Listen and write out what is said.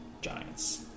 giants